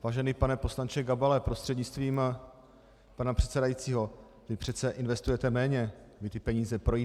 Vážený pane poslanče Gabale prostřednictvím pana předsedajícího, vy přece investujete méně, vy ty peníze projídáte.